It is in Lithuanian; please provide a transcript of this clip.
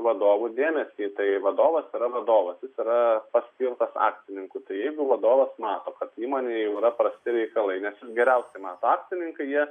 vadovų dėmesį tai vadovas yra vadovas jis yra paskirtas akcininku tai jeigu vadovas mato kad įmonėj jau yra prasti reikalai nes jis geriausi mato akcininkai jie